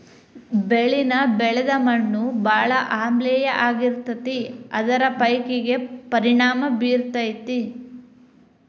ಬೆಳಿನ ಬೆಳದ ಮಣ್ಣು ಬಾಳ ಆಮ್ಲೇಯ ಆಗಿರತತಿ ಅದ ಪೇಕಿಗೆ ಪರಿಣಾಮಾ ಬೇರತತಿ